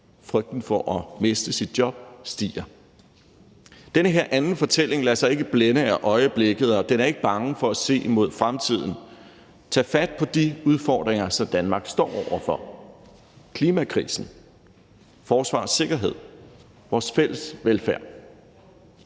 frygten for at miste sit job stiger. Den her anden fortælling lader sig ikke blænde af øjeblikket, og den er ikke bange for at se mod fremtiden og tage fat på de udfordringer, som Danmark står over for: klimakrisen, forsvar og sikkerhed, vores fælles velfærd.